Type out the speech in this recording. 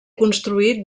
construït